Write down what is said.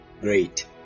Great